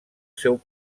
seu